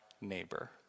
neighbor